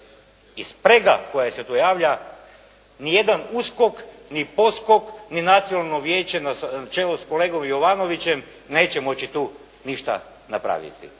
i sprega koja se tu javlja, niti jedan USKOK, ni poskok, ni Nacionalno vijeće na čelu sa kolegom Jovanovićem, neće moći tu ništa napraviti.